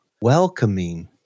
welcoming